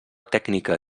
tècnica